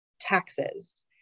taxes